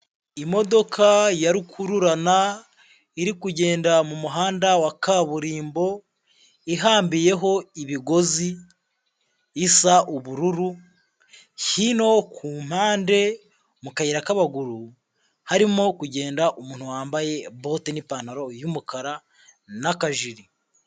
Imodoka ya rukururana iri kugenda mu muhanda wa kaburimbo, ihambiriyeho ibigozi, isa ubururu, hino ku mpande mu kayira k'abaguru harimo kugenda umuntu wambaye bote n'ipantaro y'umukara n'akajiri.